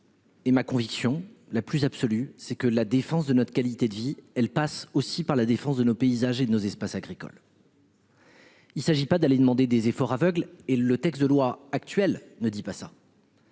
Et ma conviction la plus absolue, c'est que la défense de notre qualité de vie, elle passe aussi par la défense de nos paysages et de nos espaces agricoles. Il s'agit pas d'aller demander des efforts aveugle et le texte de loi actuelle ne dit pas ça.